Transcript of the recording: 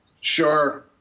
Sure